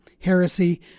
heresy